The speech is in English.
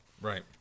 Right